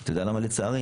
אתה יודע למה לצערי?